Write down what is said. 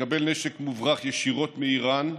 שמקבל נשק מוברח ישירות מאיראן,